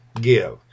give